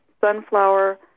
sunflower